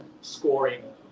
scoring